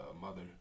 mother